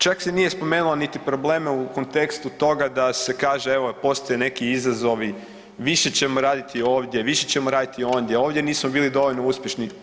Čak se nije spomenulo niti probleme u kontekstu toga da se kaže evo postoje neki izazovi, više ćemo raditi ovdje, više ćemo raditi ondje, ovdje nismo bili dovoljno uspješni.